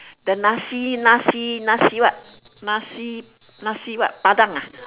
the nasi nasi nasi what nasi what nasi-padang ah